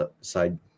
side